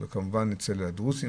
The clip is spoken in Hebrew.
הבעיה קיימת אצל הדרוזים,